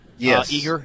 Yes